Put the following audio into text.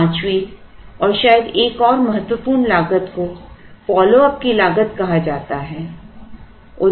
पांचवें और शायद एक और महत्वपूर्ण लागत को फॉलो अप की लागत कहा जाता है